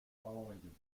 following